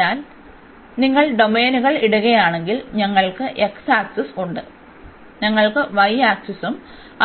അതിനാൽ നിങ്ങൾ ഡൊമെയ്നുകൾ ഇടുകയാണെങ്കിൽ ഞങ്ങൾക്ക് x ആക്സിസ് ഉണ്ട് ഞങ്ങൾക്ക് y ആക്സിസും